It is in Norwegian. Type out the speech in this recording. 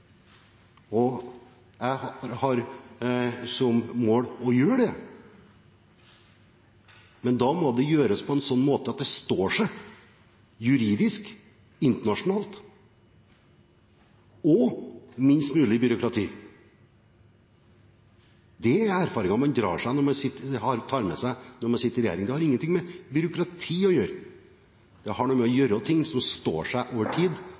produksjonsavgift, og jeg har som mål å gjøre det, men da må det gjøres på en sånn måte at det står seg juridisk internasjonalt, og med minst mulig byråkrati. Det er erfaringer man tar med seg når man sitter i regjering. Det har ingenting med byråkrati å gjøre. Det har å gjøre med ting som står seg over tid,